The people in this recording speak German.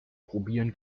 probieren